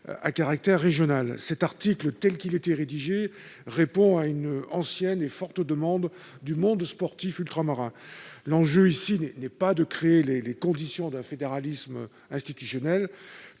à caractère régional ou d'y participer. L'article 8 , tel qu'il était rédigé, répondait à une ancienne et forte demande du monde sportif ultramarin. L'enjeu ici n'est pas de créer les conditions d'un fédéralisme institutionnel.